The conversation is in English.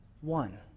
One